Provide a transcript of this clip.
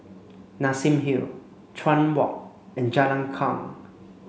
Nassim Hill Chuan Walk and Jalan Kuang